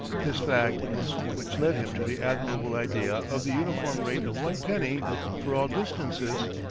this fact it was which led him to the admirable idea of the uniform rate of one penny for all distances.